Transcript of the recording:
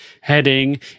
heading